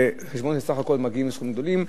החשבונות בסך הכול מגיעים לסכומים גדולים.